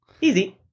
Easy